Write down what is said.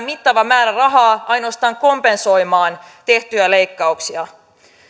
mittava määrä rahaa ainoastaan kompensoimaan tehtyjä leikkauksia